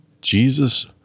Jesus